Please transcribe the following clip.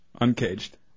Uncaged